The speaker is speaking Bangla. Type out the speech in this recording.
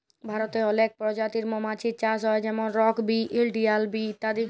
ভারতে অলেক পজাতির মমাছির চাষ হ্যয় যেমল রক বি, ইলডিয়াল বি ইত্যাদি